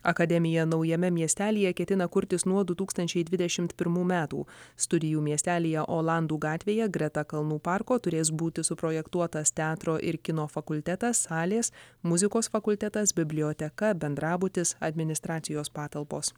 akademija naujame miestelyje ketina kurtis nuo du tūkstančiai dvidešimt pirmų metų studijų miestelyje olandų gatvėje greta kalnų parko turės būti suprojektuotas teatro ir kino fakultetas salės muzikos fakultetas biblioteka bendrabutis administracijos patalpos